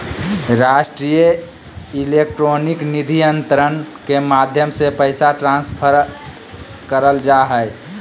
राष्ट्रीय इलेक्ट्रॉनिक निधि अन्तरण के माध्यम से पैसा ट्रांसफर करल जा हय